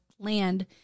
land